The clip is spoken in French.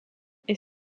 est